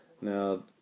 Now